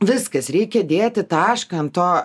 viskas reikia dėti tašką ant to